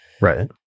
Right